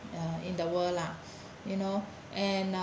in the world lah you know and uh